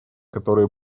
которые